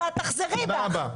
ואת תחזרי בך.